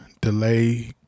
delay